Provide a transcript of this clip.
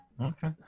Okay